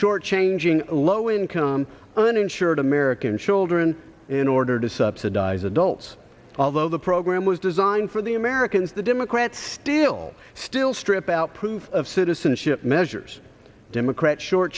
shortchanging low income uninsured american children in order to subsidize adults although the program was designed for the americans the democrats still still strip out proof of citizenship measures democrats short